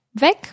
Weg